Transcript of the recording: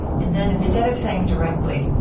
and then instead of saying directly,